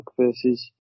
versus